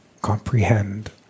comprehend